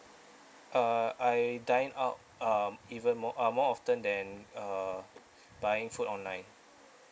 uh I dine out um even more uh more often than uh buying food online